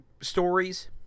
stories